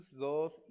dos